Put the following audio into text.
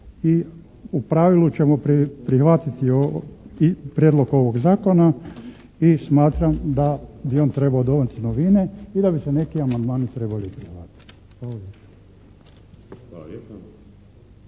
u pravili ćemo prihvatiti prijedlog ovog zakona i smatram da bi on trebao donijeti novine i da bi se neki amandmani trebali …/Govornik